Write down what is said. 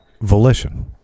volition